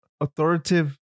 authoritative